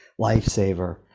lifesaver